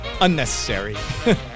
unnecessary